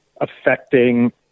affecting